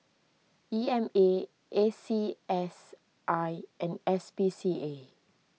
E M A A C S I and S P C A